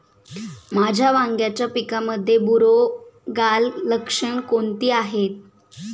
माझ्या वांग्याच्या पिकामध्ये बुरोगाल लक्षणे कोणती आहेत?